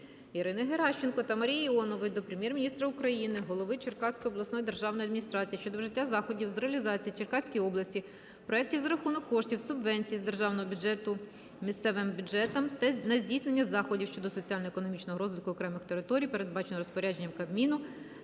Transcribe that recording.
Ірини Геращенко та Марії Іонової до Прем'єр-міністра України, голови Черкаської обласної державної адміністрації щодо вжиття заходів з реалізації у Черкаській області проектів за рахунок коштів субвенції з державного бюджету місцевим бюджетам на здійснення заходів щодо соціально-економічного розвитку окремих територій, передбаченої розпорядженням Кабміну